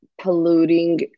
polluting